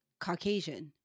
Caucasian